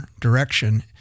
direction